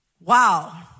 Wow